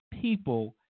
people